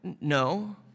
No